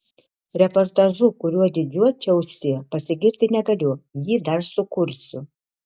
reportažu kuriuo didžiuočiausi pasigirti negaliu jį dar sukursiu